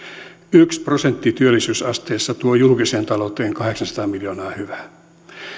yksi prosentti työllisyysasteessa tuo julkiseen talouteen kahdeksansataa miljoonaa hyvää